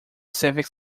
civic